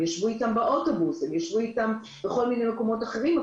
מדובר על אנשים שישבו איתם באוטובוס או בכל מיני מקומות אחרים,